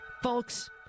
Folks